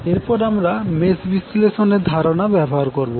এরপর আমরা মেস বিশ্লেষণের ধারণা ব্যবহার করবো